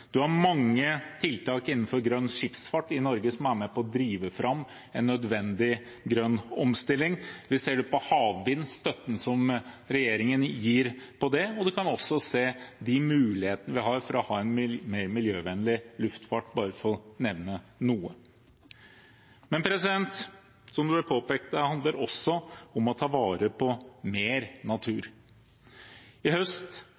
har mange tiltak innenfor grønn skipsfart i Norge som er med på å drive fram en nødvendig grønn omstilling. Vi ser det på havvind og støtten regjeringen gir til det, og man kan også se de mulighetene vi har for å ha en mer miljøvennlig luftfart, bare for å nevne noe. Som det ble påpekt, handler det også om å ta vare på mer natur. I høst